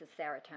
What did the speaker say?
serotonin